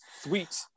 sweet